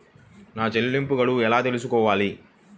నా చెల్లింపు గడువు ఎలా తెలుసుకోవాలి?